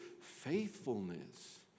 faithfulness